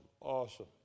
awesome